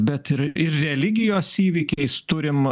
bet ir ir religijos įvykiais turim